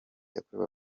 yakorewe